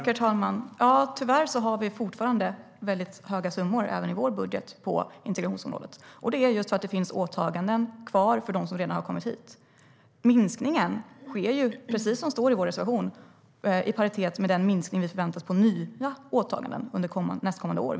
Herr talman! Tyvärr har vi fortfarande väldigt höga summor på integrationsområdet även i vår budget, just för att det finns åtaganden kvar för dem som redan har kommit hit. Precis som det står i vår reservation är minskningen i paritet med den minskning av nya åtaganden som vi förväntar oss under nästkommande år.